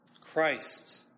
Christ